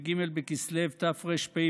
בג' בכסלו תרפ"ב,